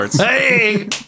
Hey